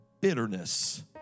bitterness